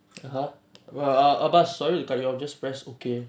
(uh huh) well ah bass sorry to cut you off just press okay